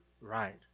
right